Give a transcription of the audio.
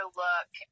look